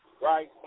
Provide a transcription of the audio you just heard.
right